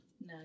No